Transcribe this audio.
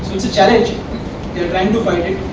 it's a challenge they're trying to fight it